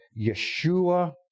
Yeshua